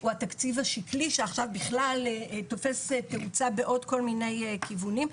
הוא התקציב השקלי שעכשיו בכלל תופס תאוצה בעוד כל מיני כיוונים.